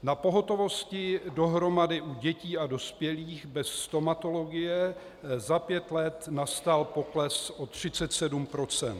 Na pohotovosti dohromady u dětí a dospělých bez stomatologie za pět let nastal pokles o 37 %.